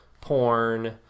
porn